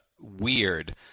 weird